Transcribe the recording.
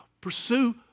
Pursue